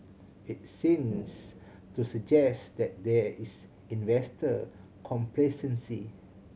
it seems to suggest that there is investor complacency